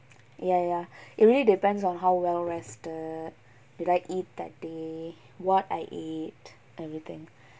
ya ya ya it really depends on how well rested did I eat that day what I ate everything